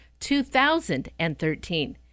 2013